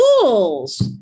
tools